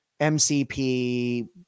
MCP